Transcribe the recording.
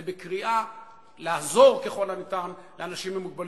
זה בקריאה לעזור ככל הניתן לאנשים עם מוגבלויות,